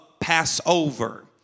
Passover